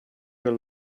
your